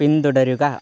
പിന്തുടരുക